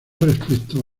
respecto